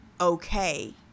okay